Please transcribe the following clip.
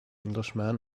englishman